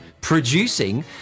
producing